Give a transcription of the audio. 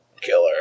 killer